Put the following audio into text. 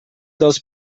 dels